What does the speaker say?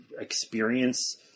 experience